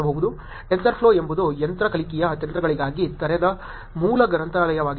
TensorFlow ಎಂಬುದು ಯಂತ್ರ ಕಲಿಕೆಯ ತಂತ್ರಗಳಿಗಾಗಿ ತೆರೆದ ಮೂಲ ಗ್ರಂಥಾಲಯವಾಗಿದೆ